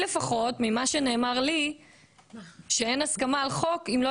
ממה שנאמר לי אין הסכמה על חוק אם לא